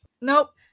Nope